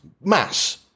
mass